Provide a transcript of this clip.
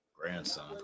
Grandson